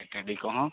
ᱴᱟᱺᱰᱤ ᱠᱚ ᱦᱚᱸ